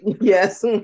Yes